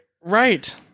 right